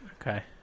Okay